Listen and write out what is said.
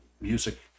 music